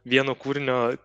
vieno kūrinio